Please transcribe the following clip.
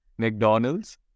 McDonald's